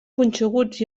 punxeguts